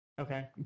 okay